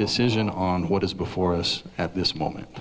decision on what is before us at this moment